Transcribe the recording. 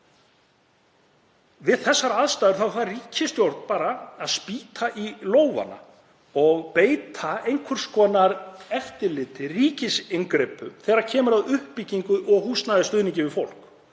Við þessar aðstæður þarf ríkisstjórn bara að spýta í lófana og beita einhvers konar eftirliti, ríkisinngripum þegar kemur að uppbyggingu og húsnæðisstuðningi við fólk,